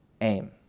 aim